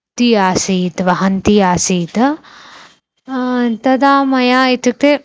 ततः आसीत् वहन् आसीत् तदा मया इत्युक्ते